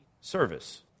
service